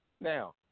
Now